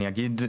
אני אגיד.